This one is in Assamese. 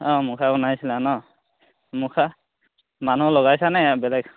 অঁ মুখা বনাইছিলা ন মুখা মানুহ লগাইছা নে বেলেগ